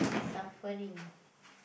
suffering